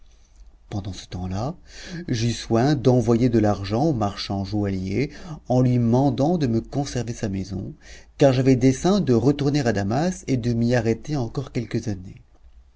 pendant ce temps-là j'eus soin d'envoyer de l'argent au marchand joaillier en lui mandant de me conserver sa maison car j'avais dessein de retourner à damas et de m'y arrêter encore quelques années